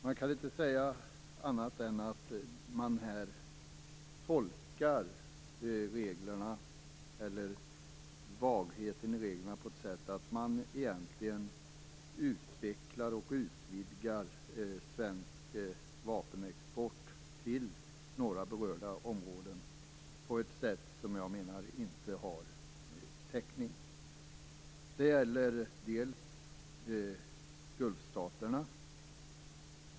Man kan inte säga annat än att reglerna eller vagheten i reglerna tolkas så att man egentligen utvecklar och utvidgar svensk vapenexport till några berörda områden på ett sätt som jag menar inte har täckning. Det gäller bl.a. Gulfstaterna.